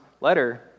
letter